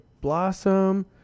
Blossom